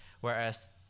whereas